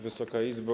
Wysoka Izbo!